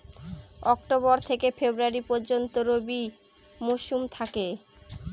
October থেকে February পর্যন্ত রবি মৌসুম থাকে